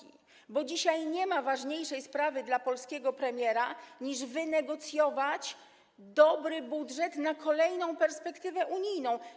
Nie ma dzisiaj bowiem ważniejszej sprawy dla polskiego premiera niż wynegocjowanie dobrego budżetu na kolejną perspektywę unijną.